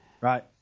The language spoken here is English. Right